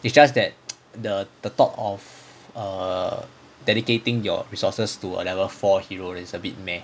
it's just that the the thought of dedicating your resources to a level four heroes is a little bit meh